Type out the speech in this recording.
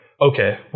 okay